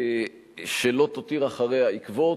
שלא תותיר אחריה עקבות,